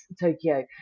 Tokyo